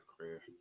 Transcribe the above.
career